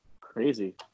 Crazy